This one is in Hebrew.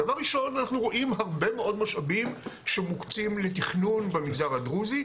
דבר ראשון אנחנו רואים הרבה מאוד משאבים שמוקצים לתכנון במגזר הדרוזי,